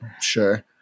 Sure